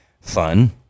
fun